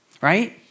right